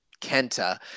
Kenta